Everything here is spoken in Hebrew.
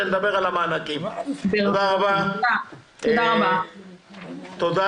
שלום, תודה רבה, אני